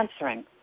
answering